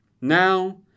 Now